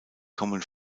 kommen